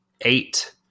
eight